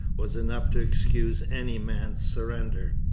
was enough to excuse any man's surrender.